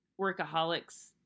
workaholics